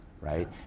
right